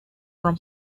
from